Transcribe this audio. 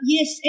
Yes